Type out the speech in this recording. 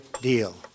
deal